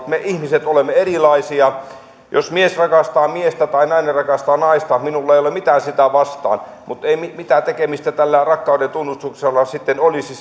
me ihmiset olemme erilaisia jos mies rakastaa miestä tai nainen rakastaa naista minulla ei ole mitään sitä vastaan mutta ei mitään tekemistä tällä rakkaudentunnustuksella sitten olisi